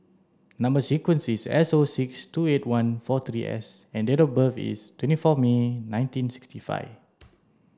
number sequence is S O six two eight one four three S and date of birth is twenty four May nineteen sixty five